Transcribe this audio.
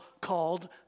called